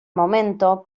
momento